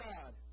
God